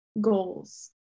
goals